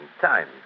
time